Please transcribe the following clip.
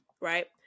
right